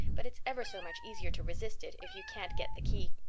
but it's ever so much easier to resist it if you can't get the key.